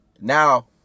Now